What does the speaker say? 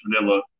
vanilla